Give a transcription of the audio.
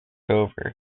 over